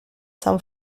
san